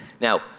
Now